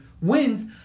wins